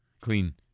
clean